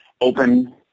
open